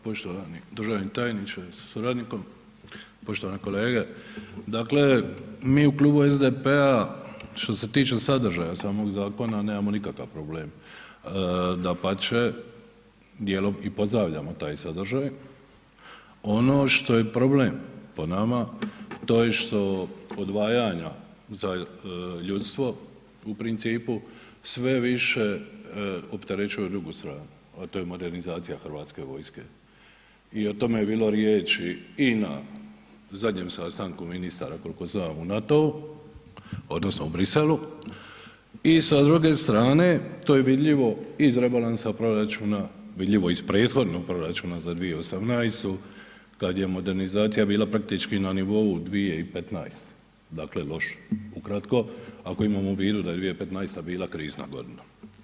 Poštovani državni tajniče sa suradnikom, poštovane kolege, dakle mi u Klubu SDP-a što se tiče sadržaja samog zakona nemamo nikakav problem, dapače djelom i pozdravljamo taj sadržaj, ono što je problem po nama, to je što odvajanja, ljudstvo u principu, sve više opterećuje drugu stranu, a to je modernizacija HV-a i o tome je bilo riječi i na zadnjem sastanku ministara, kolko znam, u NATO-u odnosno u Briselu i sa druge strane to je vidljivo iz rebalansa proračuna, vidljivo iz prethodnog proračuna za 2018. kad je modernizacija bila praktički na nivou 2015., dakle loše, ukratko, ako imamo u vidu da je 2015. bila krizna godina.